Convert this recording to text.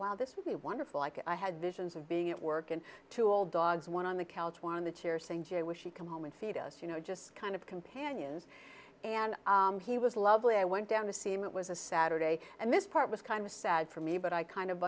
wow this would be wonderful like i had visions of being at work and two old dogs one on the couch one in the chair saying jay would she come home and feed us you know just kind of the companions and he was lovely i went down to see him it was a saturday and this part was kind of sad for me but i kind of